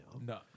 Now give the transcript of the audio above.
No